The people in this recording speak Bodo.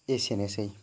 एसेनोसै